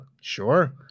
Sure